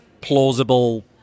plausible